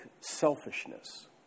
selfishness